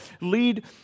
lead